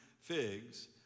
figs